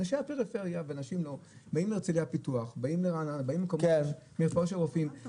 אנשי הפריפריה באים להרצלייה פיצוח באים לרעננה איפה שהרופאים,